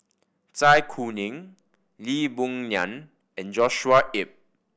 Zai Kuning Lee Boon Ngan and Joshua Ip